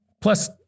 Plus